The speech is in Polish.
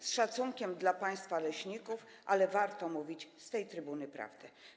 Z szacunkiem dla państwa leśników, ale warto mówić z tej trybuny prawdę.